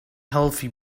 healthy